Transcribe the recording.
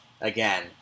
Again